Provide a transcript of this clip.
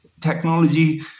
Technology